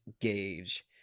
gauge